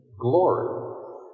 glory